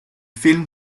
film